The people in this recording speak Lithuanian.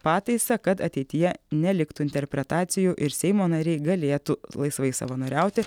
pataisą kad ateityje neliktų interpretacijų ir seimo nariai galėtų laisvai savanoriauti